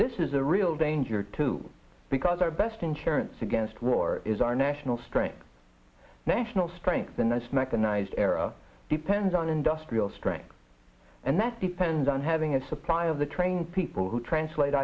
this is a real danger too because our best insurance against war is our national strength national strength the next mechanized era depends on industrial strength and that depends on having a supply of the train people who translate